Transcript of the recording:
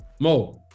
Mo